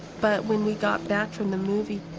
but when we got back from the movie,